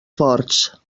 forts